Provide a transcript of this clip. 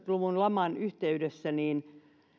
luvun laman yhteydessä